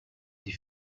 die